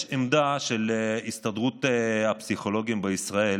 יש עמדה של הסתדרות הפסיכולוגים של הילדים בישראל